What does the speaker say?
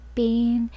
pain